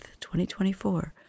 2024